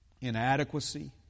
Inadequacy